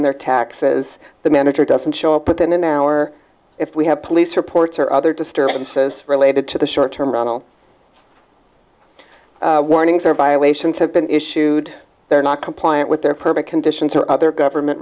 in their taxes the manager doesn't show up within an hour if we have police reports or other disturbances related to the short term ronnell warnings are violations have been issued they're not compliant with their permit conditions or other government